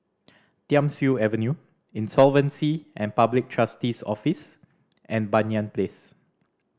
Thiam Siew Avenue Insolvency and Public Trustee's Office and Banyan Place